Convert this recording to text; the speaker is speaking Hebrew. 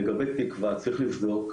לגבי תקווה צריך לבדוק,